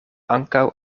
ankaŭ